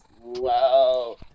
Wow